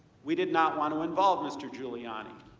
we did not want to involve mr. giuliani.